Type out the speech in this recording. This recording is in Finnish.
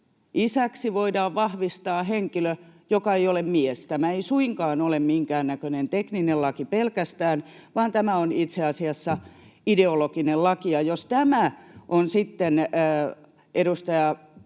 isäksi voidaan vahvistaa henkilö, joka ei ole mies. Tämä ei suinkaan ole minkäännäköinen tekninen laki pelkästään, vaan tämä on itse asiassa ideologinen laki, ja jos tämä on sitten,